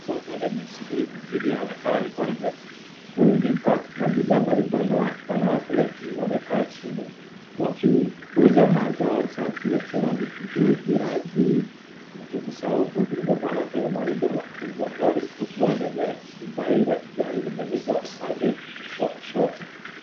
Soko lenye shughuli nyingi ilionekana likiwa limefurika na bidhaa mbalimbali na watu. Wanawake wengi wamekaa chini wakiuza mazao safi yakiwemo vitunguu, viazi, vitunguu saumu vilivyopangwa kwenye marundo makubwa. Lori kubwa lenye tubai la kijani limeegezwa upande wa kushoto.